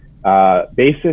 Basis